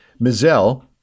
Mizell